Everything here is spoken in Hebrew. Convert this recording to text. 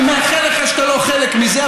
אני מאחל לך שאתה לא חלק מזה,